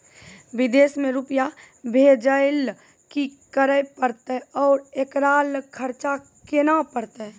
विदेश मे रुपिया भेजैय लेल कि करे परतै और एकरा लेल खर्च केना परतै?